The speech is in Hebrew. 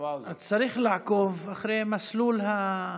צריך לעקוב אחרי המסלול.